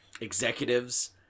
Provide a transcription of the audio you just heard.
executives